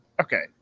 Okay